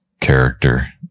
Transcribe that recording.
character